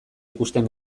ikusten